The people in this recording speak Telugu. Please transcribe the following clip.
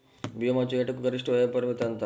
భీమా చేయుటకు గరిష్ట వయోపరిమితి ఎంత?